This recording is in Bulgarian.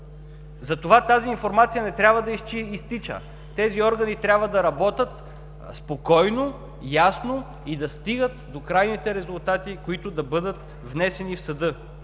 Затова тази информация не трябва да изтича. Тези органи трябва да работят спокойно, ясно и да стигат до крайните резултати, които да бъдат внесени в съда.